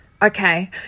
Okay